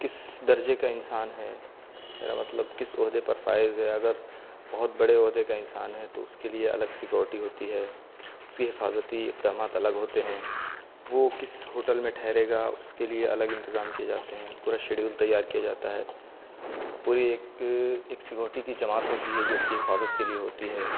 کس درجے کا انسان ہے میرا مطلب کس عہدے پر فائز ہے اگر بہت بڑے عہدے کا انسان ہے تو اس کے لیے الگ سیکورٹی ہوتی ہے اس کی حفاظتی اقدامات الگ ہوتے ہیں وہ کس ہوٹل میں ٹھہرے گا اس کے لیے الگ انتظام کیے جاتے ہیں پورا شیڈیول تیار کیا جاتا ہے پوری ایک ایک سیکورٹی کی جماعت ہوتی ہے جو اس کی حفاظت کے لیے ہوتی ہے